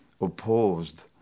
opposed